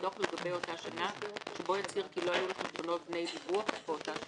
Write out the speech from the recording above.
דוח לגבי אותה שנה שבו יצהיר כי לא היו לו חשבונות בני דיווח באותה שנה.